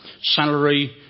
salary